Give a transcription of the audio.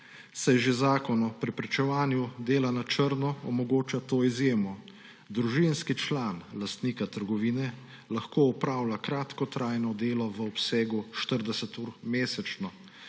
saj že zakon o preprečevanju dela na črno omogoča to izjemo. Družinski član lastnika trgovine lahko opravlja kratkotrajno delo v obsegu 40 ur mesečno.